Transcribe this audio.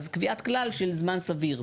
אז קביעת כלל של זמן סביר.